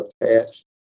attached